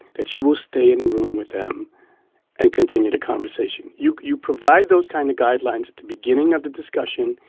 that you will stay in a room with them and continue the conversation. you you provide those kinds of guidelines at the beginning of the discussion.